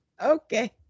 Okay